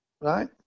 right